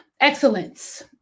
excellence